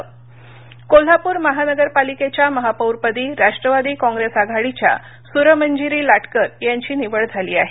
लाटकर कोल्हापर कोल्हापूर महानगरपालिकेच्या महापौरपदी राष्ट्रवादी काँग्रेस आघाडीच्या सुरमंजिरी लाटकर यांची निवड झाली आहे